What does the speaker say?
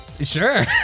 Sure